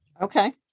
Okay